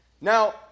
Now